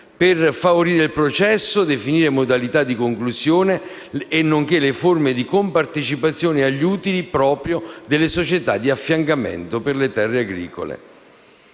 per favorire il processo, definire modalità di conclusione, nonché per stabilire le forme di compartecipazione agli utili proprio delle società di affiancamento per le terre agricole.